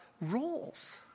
rules